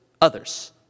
others